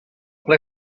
ple